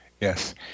yes